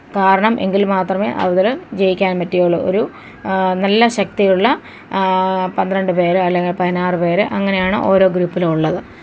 കാരണം എങ്കിൽ മാത്രമേ അവര് ജയിക്കാൻ പറ്റുകയുള്ളു ഒരു നല്ല ശക്തി ഉള്ള പന്ത്രണ്ട് പേരോ അല്ലെങ്കിൽ പതിനാറ് പേര് അങ്ങനെ ആണ് ഓരോ ഗ്രൂപ്പിൽ ഉള്ളത്